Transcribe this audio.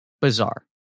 Bizarre